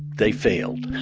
they failed.